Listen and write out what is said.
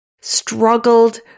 struggled